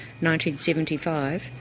1975